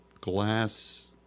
glass